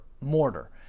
mortar